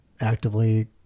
actively